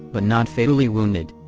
but not fatally wounded.